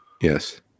Yes